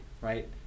right